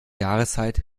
jahreszeit